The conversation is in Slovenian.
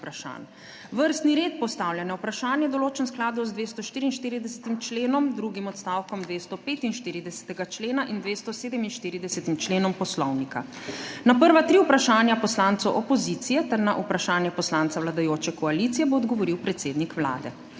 Vrstni red postavljanja vprašanj je določen v skladu z 244. členom, drugim odstavkom 245. člena in 247. členom Poslovnika. Na prva tri vprašanja poslancev opozicije ter na vprašanje poslanca vladajoče koalicije bo odgovoril predsednik Vlade.